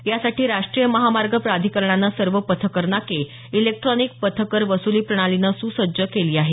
यासाठी राष्ट्रीय महामार्ग प्राधिकरणानं सर्व पथकर नाके इलेक्ट्रॉनिक पथकर वसुली प्रणालीनं सुसज्ज केली आहेत